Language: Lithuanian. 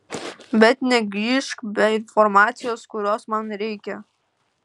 bet negrįžk be informacijos kurios man reikia